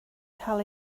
cael